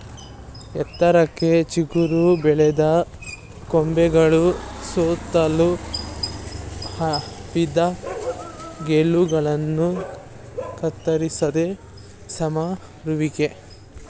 ಎತ್ತರಕ್ಕೆ ಚಿಗುರಿ ಬೆಳೆದ ಕೊಂಬೆಗಳು ಸುತ್ತಲು ಹಬ್ಬಿದ ಗೆಲ್ಲುಗಳನ್ನ ಕತ್ತರಿಸೋದೆ ಸಮರುವಿಕೆ